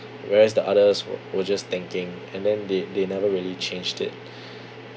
whereas the others were were just tanking and then they they never really changed it